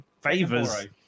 favors